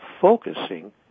focusing